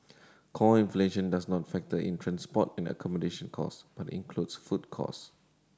core inflation does not factor in transport and accommodation cost but includes food cost